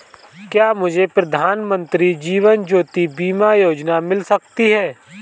क्या मुझे प्रधानमंत्री जीवन ज्योति बीमा योजना मिल सकती है?